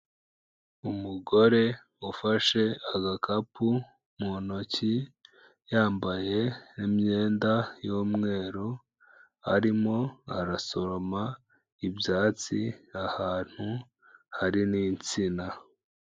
Umugore ufashe agakapu mu ntoki, yambaye imyenda y'umweru, arimo arasoroma ibyatsi ahantu hari n'insina.